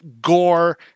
gore